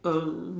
err